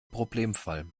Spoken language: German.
problemfall